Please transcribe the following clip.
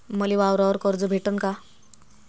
मले वावरावर कर्ज भेटन का?